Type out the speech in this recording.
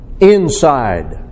inside